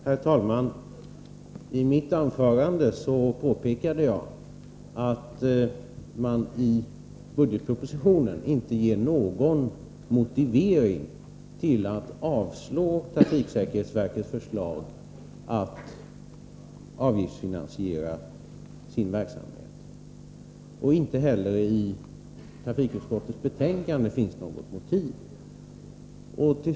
Herr talman! I mitt anförande påpekade jag att man i budgetpropositionen inte ger någon motivering för avslag på trafiksäkerhetsverkets förslag att avgiftsfinansiera sin verksamhet. Inte heller i trafikutskottets betänkande finns något motiv.